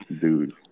Dude